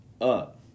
up